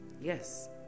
Yes